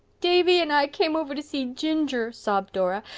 davy and i came over to see ginger, sobbed dora,